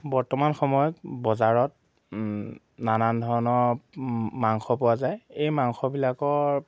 বৰ্তমান সময়ত বজাৰত নানান ধৰণৰ মাংস পোৱা যায় এই মাংসবিলাকৰ